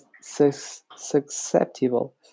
susceptible